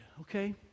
okay